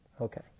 Okay